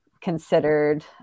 considered